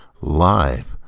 live